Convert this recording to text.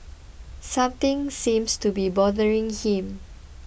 something seems to be bothering him